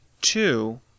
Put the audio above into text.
Two